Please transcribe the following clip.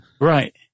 Right